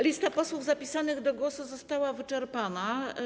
Lista posłów zapisanych do głosu została wyczerpana.